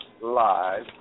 Live